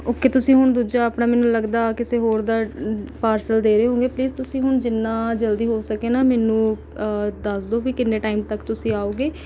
okay ਤੁਸੀਂ ਹੁਣ ਦੂਜਾ ਆਪਣਾ ਮੈਨੂੰ ਲੱਗਦਾ ਕਿਸੇ ਹੋਰ ਦਾ ਪਾਰਸਲ ਦੇ ਰਹੇ ਹੋਂਗੇ ਪਲੀਸ ਤੁਸੀਂ ਮੈਨੂੰ ਜਿੰਨਾਂ ਜਲਦੀ ਹੋ ਸਕੇ ਨਾ ਮੈਨੂੰ ਦੱਸ ਦਿਉ ਵੀ ਕਿੰਨੇ ਟਾਈਮ ਤੱਕ ਤੁਸੀਂ ਆਓਗੇ